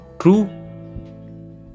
true